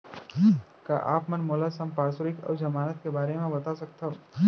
का आप मन मोला संपार्श्र्विक अऊ जमानत के बारे म बता सकथव?